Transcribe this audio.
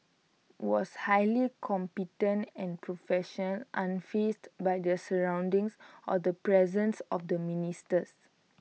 was highly competent and profession unfazed by their surroundings or the presence of the ministers